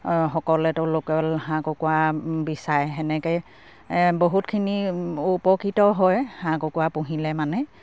সকলোৱেতো local হাঁহ কুকৰা বিচাৰে সেনেকে বহুতখিনি উপকৃত হয় হাঁহ কুকুৰা পুহিলে মানে